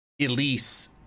Elise